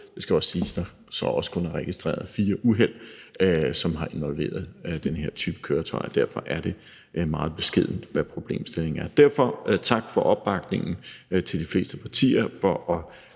Det skal siges, at der så også kun er registreret fire uheld, som har involveret den her type køretøjer. Derfor er det meget beskedent, hvad problemstillingen er. Derfor tak til de fleste partier for